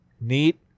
neat